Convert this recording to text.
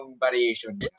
variation